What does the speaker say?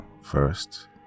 first